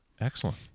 Excellent